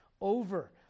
over